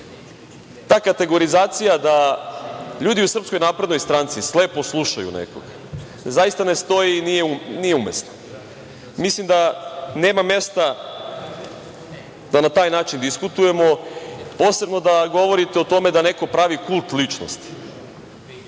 ta kategorizacija da ljudi u SNS slepo slušaju nekog, zaista ne stoji i nije umesna. Mislim da nema mesta da na taj način diskutujemo, posebno da govorite o tome da neko pravi kult ličnosti.